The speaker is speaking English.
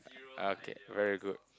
okay very good